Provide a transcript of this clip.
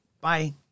Bye